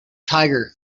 tiger